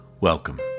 Welcome